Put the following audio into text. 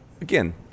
again